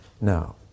now